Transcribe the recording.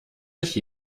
sich